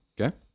Okay